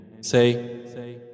Say